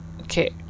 okay